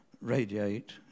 radiate